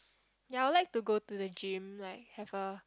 ya I will like to go to the gym like have a